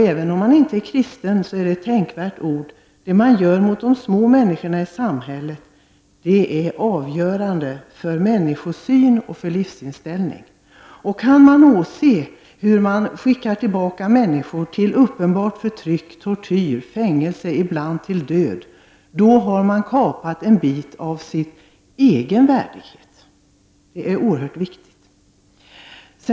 Även om man inte är kristen är detta ett tänkvärt ord — det man gör mot de små människorna i samhället är avgörande för människosyn och livsinställning. Kan man åse hur människor skickas tillbaka till uppenbart förtryck, tortyr, fängelse och ibland till död, då har man kapat en bit av sin egen värdighet. Det är oerhört viktigt.